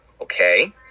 okay